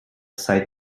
site